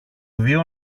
δύο